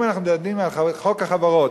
אם אנחנו מדברים על חוק החברות,